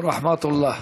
ורחמת אללה.